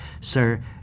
Sir